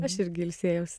aš irgi ilsėjausi